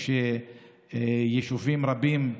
תדגיש, שהחבר'ה לא יוציאו את הנשקים.